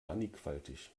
mannigfaltig